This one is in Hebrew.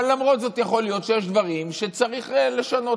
אבל למרות זאת, יכול להיות שיש דברים שצריך לשנות.